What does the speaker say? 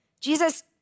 Jesus